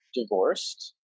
divorced